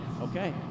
Okay